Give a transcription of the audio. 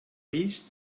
vist